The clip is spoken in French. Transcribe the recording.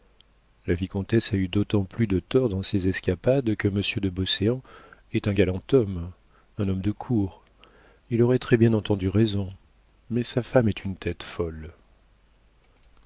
la vicomtesse a eu d'autant plus de tort dans ses escapades que monsieur de beauséant est un galant homme un homme de cour il aurait très-bien entendu raison mais sa femme est une tête folle